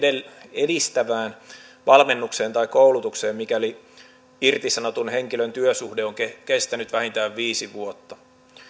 edistävään valmennukseen tai koulutukseen mikäli irtisanotun henkilön työsuhde on kestänyt vähintään viisi vuotta